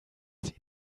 ihn